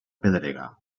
pedrega